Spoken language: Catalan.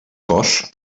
cos